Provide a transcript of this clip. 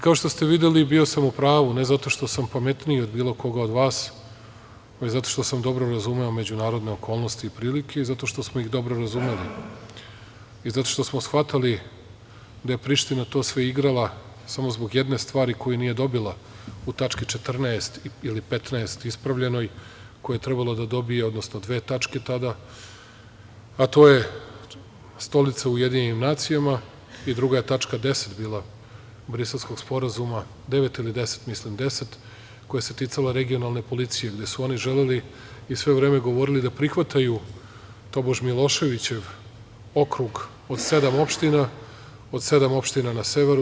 Kao što ste videli, bio sam u pravu, ne zato što sam pametniji od bilo koga od vas, već zato što sam dobro razumeo međunarodne okolnosti i prilike i zato što smo ih dobro razumeli, i zato što smo shvatali da je Priština to sve igrala samo zbog jedne stvari koju nije dobila u tački 14) ili 15) ispravljenoj, koju je trebalo da dobije, odnosno dve tačke tada, a to je Stolica u UN i druga je tačka 10) bila Briselskog sporazuma, 9) ili 10), mislim 10), koja se ticala regionalne policije, gde su oni želeli i sve vreme govorili da prihvataju, tobož, Miloševićev okrug od sedam opština, od sedam opština na severu.